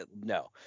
No